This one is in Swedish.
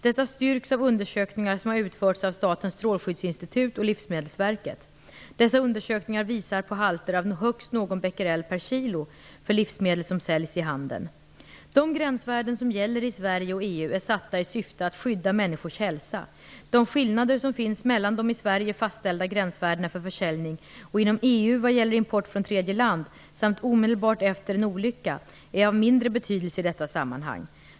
Detta styrks av undersökningar som har utförts av Statens strålskyddsinstitut och Livsmedelsverket. Dessa undersökningar visar på halter av högst någon becquerel per kilo för livsmedel som säljs i handeln. De gränsvärden som gäller i Sverige och i EU är satta i syfte att skydda människors hälsa. De skillnader som finns mellan de i Sverige fastställda gränsvärdena för försäljning och EU:s gränsvärden vad gäller import från tredje land samt omedelbart efter en olycka är av mindre betydelse i detta sammanhang.